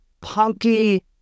punky